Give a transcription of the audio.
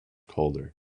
colder